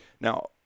Now –